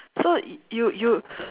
so you you